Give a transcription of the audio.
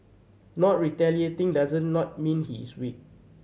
not retaliating does not mean he is weak